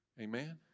Amen